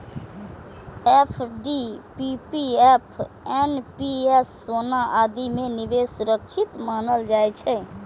FD, PPF, NPS, सोना आदि मे निवेश सुरक्षित मानल जाइ छै